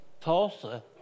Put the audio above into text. Tulsa